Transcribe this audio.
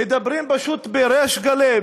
מדברים פשוט בריש גלי,